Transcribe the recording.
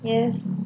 yes